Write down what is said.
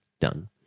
Done